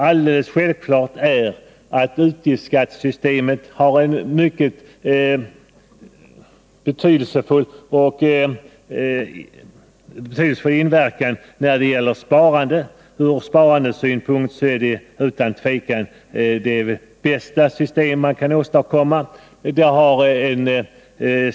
Alldeles självklart är att utgiftsskattesystemet har en betydelsefull inverkan när det gäller sparande. Ur denna synpunkt är det utan tvivel det bästa system man kan åstadkomma.